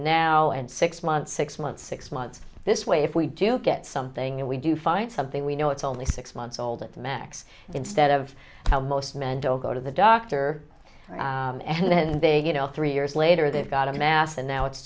now and six months six months six months this way if we do get something if we do find something we know it's only six months old at the max instead of how most men don't go to the doctor and they get all three years later they've got a mass and now it's